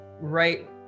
right